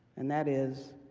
and that is